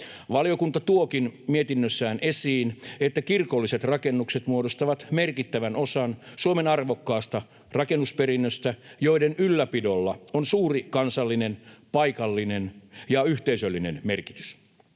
Valiokunta tuokin mietinnössään esiin, että kirkolliset rakennukset muodostavat merkittävän osan Suomen arvokkaasta rakennusperinnöstä, joiden ylläpidolla on suuri kansallinen, paikallinen ja yhteisöllinen merkitys.